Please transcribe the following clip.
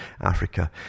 Africa